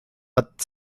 but